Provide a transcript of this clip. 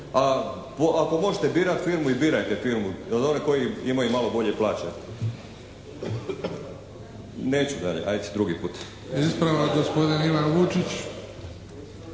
a ako možete birati firmu i birajte firmu i od onih koje imaju malo bolje plaće. Neću dalje, hajde drugi put! **Bebić, Luka (HDZ)** Ispravak gospodin Ivan Vučić.